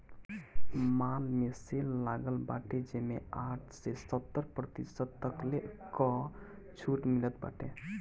माल में सेल लागल बाटे जेमें साठ से सत्तर प्रतिशत तकले कअ छुट मिलत बाटे